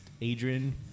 Adrian